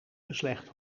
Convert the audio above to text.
beslecht